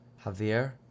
Javier